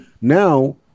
now